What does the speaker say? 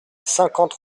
cinquante